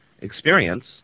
experience